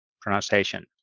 pronunciation